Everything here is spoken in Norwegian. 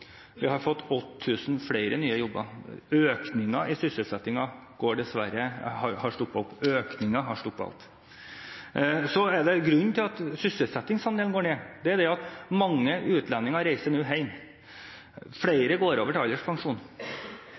Vi har fått 8 000 flere nye jobber. Men økningen i sysselsettingen har dessverre stoppet opp – økningen har stoppet opp. Så er det en grunn til at sysselsettingsandelen går ned, og det er at mange utlendinger nå reiser hjem, og at flere går over til